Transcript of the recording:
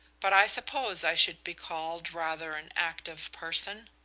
but i suppose i should be called rather an active person.